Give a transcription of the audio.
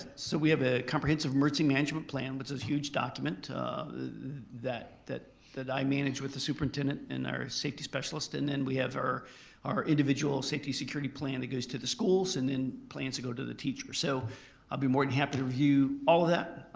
so we have a comprehensive mercy management plan that's a huge document that that i manage with the superintendent and our safety specialist. and then we have our our individual safety security plan that goes to the schools and then plans to go to the teacher so i'd be more than happy to review all of that,